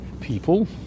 people